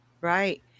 right